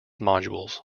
modules